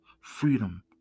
Freedom